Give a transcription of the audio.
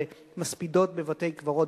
למספידות בבתי-קברות,